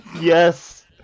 Yes